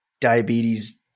diabetes